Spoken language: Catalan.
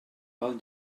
pel